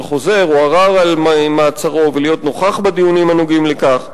חוזר או ערר על מעצרו ולהיות נוכח בדיונים הנוגעים לכך.